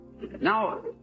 now